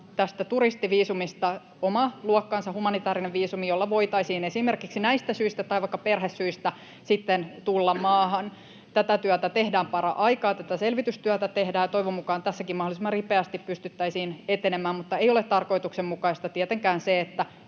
tästä turistiviisumista oma luokkansa, humanitaarinen viisumi, jolla voitaisiin sitten esimerkiksi näistä syistä tai vaikka perhesyistä tulla maahan. Tätä selvitystyötä tehdään paraikaa, ja toivon mukaan tässäkin mahdollisimman ripeästi pystyttäisiin etenemään. Mutta ei ole tarkoituksenmukaista tietenkään se, että